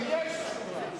ויש תשובה.